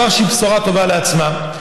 דבר שהוא בשורה טובה לכשעצמה.